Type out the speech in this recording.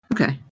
Okay